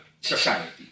society